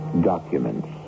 documents